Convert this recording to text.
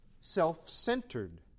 self-centered